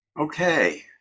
Okay